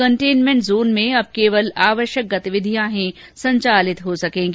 containment zone में अब केवल आवश्यक गतिविधियां ही संचालित हो सकेंगी